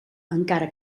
encara